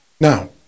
Now